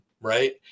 right